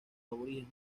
aborígenes